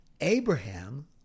Abraham